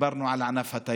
דיברנו גם על ענף התיירות,